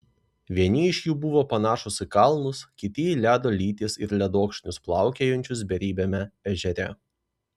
vieni iš jų buvo panašūs į kalnus kiti į ledo lytis ir ledokšnius plaukiojančius beribiame ežere